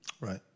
Right